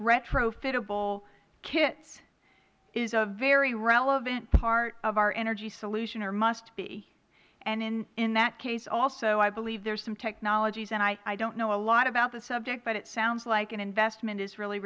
retrofitable kits is a very relevant part of our energy solution or must be and in that case also i believe that are some technologies and i don't know a lot about the subject but it sounds like an investment is really